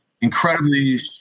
incredibly